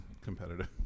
competitive